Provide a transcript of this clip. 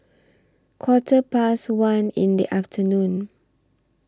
Quarter Past one in The afternoon